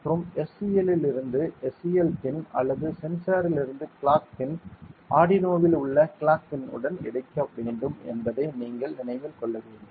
மற்றும் SCL இலிருந்து SCL pin அல்லது சென்சாரிலிருந்து கிளாக் பின் ஆர்டினோவில் உள்ள கிளாக் பின் உடன் இணைக்க வேண்டும் என்பதை நீங்கள் நினைவில் கொள்ள வேண்டும்